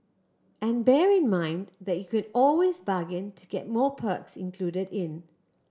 and bear in mind that you can always bargain to get more perks included in